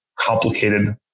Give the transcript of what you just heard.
complicated